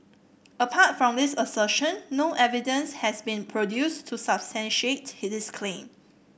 apart from this assertion no evidence has been produced to substantiate this claim